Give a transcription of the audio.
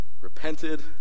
repented